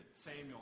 Samuel